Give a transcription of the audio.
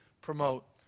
promote